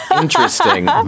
Interesting